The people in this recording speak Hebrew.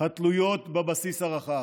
התלויות בבסיס הרחב.